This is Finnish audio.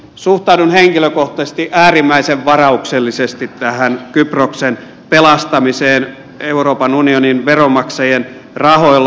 suhtaudun henkilökohtaisesti äärimmäisen varauksellisesti tähän kyproksen pelastamiseen euroopan unionin veronmaksajien rahoilla